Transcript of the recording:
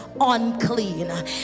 unclean